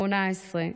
בת 18,